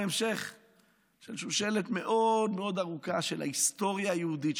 המשך של שושלת מאוד מאוד ארוכה של ההיסטוריה היהודית,